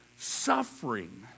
suffering